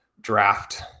draft